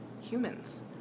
humans